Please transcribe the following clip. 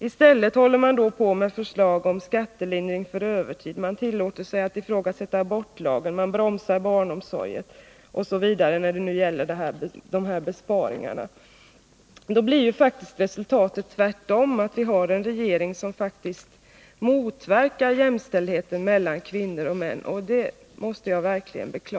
I stället framlägger man nu förslag om skattelindring för övertid, man tillåter sig att ifrågasätta abortlagen, man bromsar barnomsorgen osv. i besparingssyfte. Då blir resultatet det motsatta. Vi har en regering som faktiskt motverkar jämställdheten mellan kvinnor och män. Det måste jag verkligen bekla